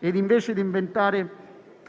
Invece di inventare